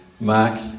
Mark